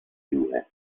due